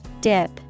Dip